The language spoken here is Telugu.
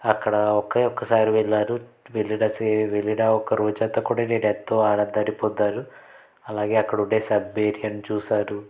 అక్కడ ఒకే ఒక్కసారి వెళ్ళాను వెళ్ళిన సే వెళ్ళిన ఒక రోజంతా కూడా నేను ఎంతో ఆనందాన్ని పొందాను అలాగే అక్కడ ఉండే సబ్మేరియన్ చూసాను